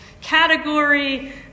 category